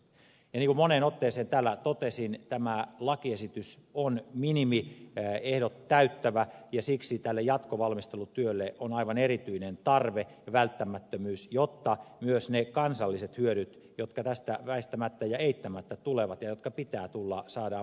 ja niin kuin moneen otteeseen täällä totesin tämä lakiesitys on minimiehdot täyttävä ja siksi tälle jatkovalmistelutyölle on aivan erityinen tarve ja välttämättömyys jotta myös ne kansalliset hyödyt jotka tästä väistämättä ja eittämättä tulevat ja joiden pitää tulla saadaan maksimaalisesti tehtyä